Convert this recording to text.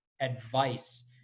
advice